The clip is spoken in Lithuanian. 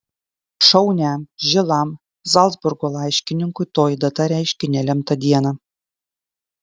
šauniam žilam zalcburgo laiškininkui toji data reiškė nelemtą dieną